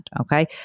okay